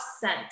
sent